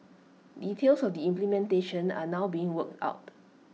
details of the implementation are now being worked out